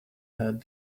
heard